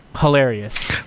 hilarious